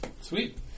Sweet